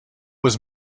was